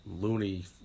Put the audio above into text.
loony